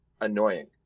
annoying